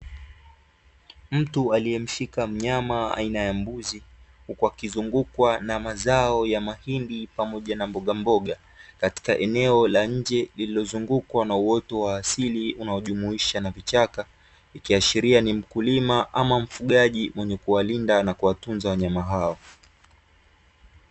Mtu aliyemshika mnyama aina ya mbuzi, huku akizungukwa na mazao ya mahindi pamoja na mbogamboga, katika eneo la nje lililozungukwa na uoto wa asili unaojumuisha na vichaka, ikiashiria ni mkulima ama mfugaji mwenye kuwalinda na kuwatunza wanyama hao.